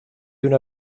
una